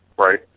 Right